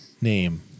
name